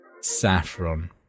Saffron